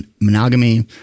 monogamy